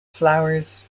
flowers